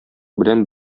белән